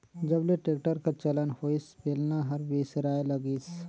जब ले टेक्टर कर चलन होइस बेलना हर बिसराय लगिस